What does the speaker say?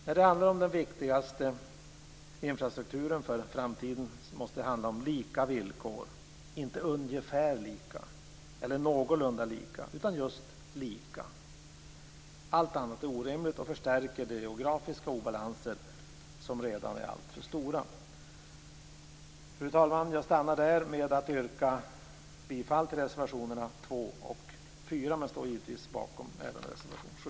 När det gäller den viktigaste infrastrukturen för framtiden måste det handla om lika villkor, inte ungefär lika eller någorlunda lika, utan just lika. Allt annat är orimligt och förstärker de geografiska obalanser som redan är alltför stora. Fru talman! Jag yrkar bifall till reservationerna nr 2 och 4, man jag står givetvis bakom även reservation nr 7.